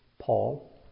Paul